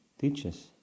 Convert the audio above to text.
teaches